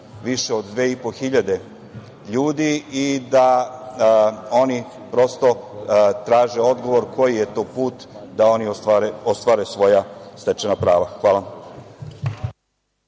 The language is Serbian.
više od 2.500 ljudi i da oni, prosto, traže odgovor koji je to put da oni ostvare svoja stečena prava. Hvala.